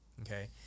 okay